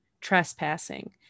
trespassing